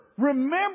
Remember